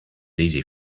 easy